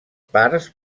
parts